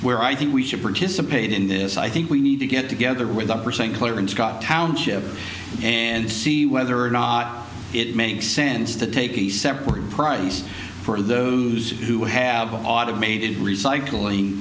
where i think we should participate in this i think we need to get together with the percent clear and scott township and see whether or not it makes sense to take the separate price for those who have automated recycling